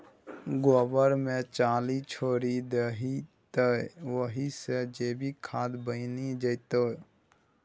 गोबर मे चाली छोरि देबही तए ओहि सँ जैविक खाद बनि जेतौ